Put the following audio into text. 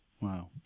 Wow